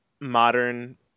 modern